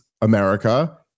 America